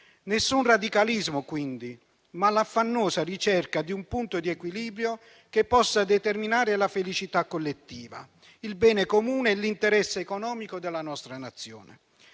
Nessun radicalismo quindi, ma l'affannosa ricerca di un punto di equilibrio che possa determinare la felicità collettiva, il bene comune e l'interesse economico della nostra Nazione.